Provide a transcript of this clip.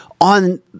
on